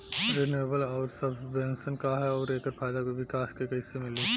Renewable आउर subvention का ह आउर एकर फायदा किसान के कइसे मिली?